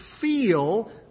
feel